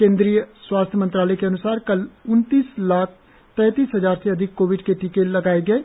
केंद्रीय स्वास्थ्य मंत्रालय के अन्सार कल उनतीस लाख तैतीस हजार से अधिक कोविड के टीके लगाये गये